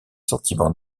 sentiments